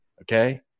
okay